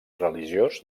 religiós